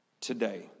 today